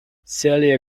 celia